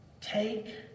take